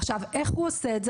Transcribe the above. עכשיו, איך הוא עושה את זה?